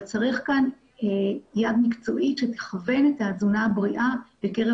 אבל צריך כאן יד מקצועית שתכוון את התזונה הבריאה בקרב